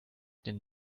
den